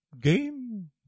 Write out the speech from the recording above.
game